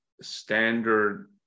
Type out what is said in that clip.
standard